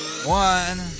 One